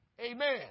amen